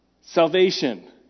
Salvation